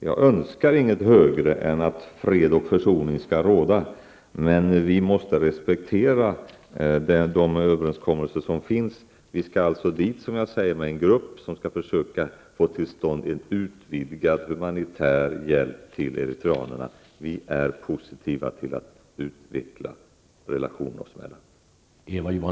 Jag önskar inget högre än att fred och försoning skall råda. Men vi måste respektera de överenskommelser som finns. En grupp från Sverige skall åka till Eritrea och försöka få till stånd en utvidgad humanitär hjälp till eritreanerna. Vi är positiva till att utveckla relationerna oss emellan.